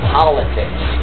politics